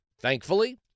Thankfully